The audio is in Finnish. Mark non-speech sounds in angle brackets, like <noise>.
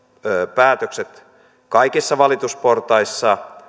päätökset kaikissa valitusportaissa <unintelligible>